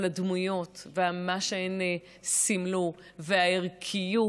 אבל הדמויות ומה שהן סימלו, והערכיות,